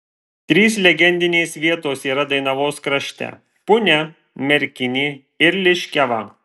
trys legendinės vietos yra dainavos krašte punia merkinė ir liškiava